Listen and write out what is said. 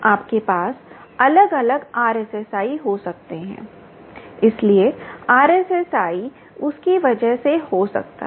आपके पास अलग अलग RSSI हो सकते हैं इसलिए RSSI उसकी वजह से हो सकता है